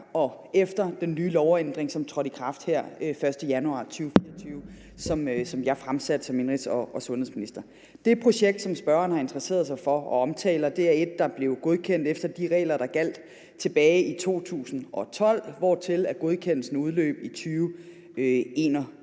og efter den nye lovændring, som trådte i kraft her den 1. januar 2024, og som jeg fremsatte som indenrigs- og sundhedsminister. Det projekt, som spørgeren har interesseret sig for og omtaler, er et, der blev godkendt efter de regler, der gjaldt tilbage i 2012, hvortil godkendelsen udløb i 2021.